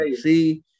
see